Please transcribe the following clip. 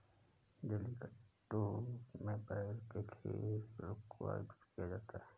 जलीकट्टू में बैल के खेल को आयोजित किया जाता है